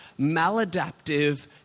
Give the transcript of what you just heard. maladaptive